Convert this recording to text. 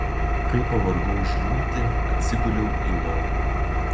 kai pavargau žliumbti atsiguliau į lovą